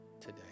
today